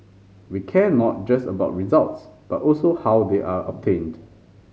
we care not just about results but also how they are obtained